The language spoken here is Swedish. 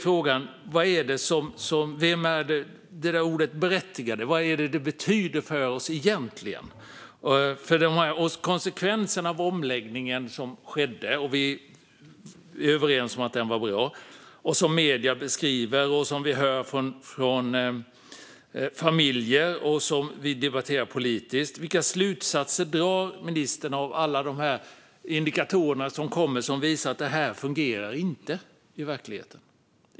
Frågan är: Vad betyder ordet berättigade egentligen? När det gäller konsekvenserna av den omläggning som skedde, som vi är överens om var bra, som medierna beskriver, som vi hör om från familjer och som vi debatterar politiskt: Vilka slutsatser drar ministern av alla indikatorer som kommer och som visar att det inte fungerar i verkligheten?